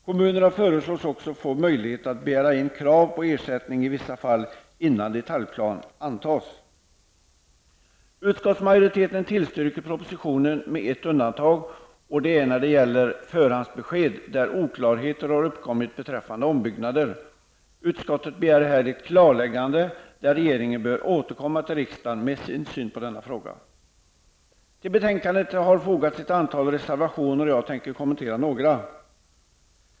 Kommunerna föreslås också få möjlighet att begära in krav på ersättning i vissa fall innan detaljplan antas. Utskottsmajoriteten tillstyrker propositionen med ett undantag och det gäller förhandsbesked där oklarheter har uppkommit beträffande ombyggnader. Utskottet begär här ett klarläggande, och regeringen bör återkomma till riksdagen med sin syn på denna fråga. Till betänkandet har fogats ett antal reservationer, och jag tänker kommentera några.